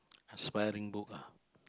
have spelling book ah